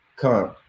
come